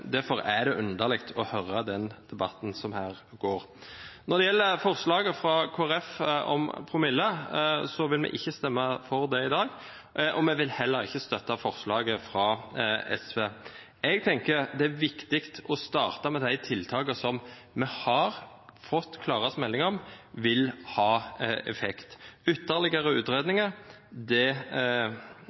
Derfor er det underlig å høre den debatten som foregår her. Når det gjelder forslaget fra Kristelig Folkeparti om promille, vil vi ikke stemme for det i dag, og vi vil heller ikke støtte forslaget fra SV. Jeg tenker at det er viktig å starte med de tiltakene som vi har fått klarest melding om vil ha effekt. Ytterligere utredninger